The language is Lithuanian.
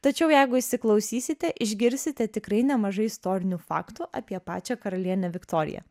tačiau jeigu įsiklausysite išgirsite tikrai nemažai istorinių faktų apie pačią karalienę viktoriją